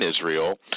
Israel